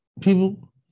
people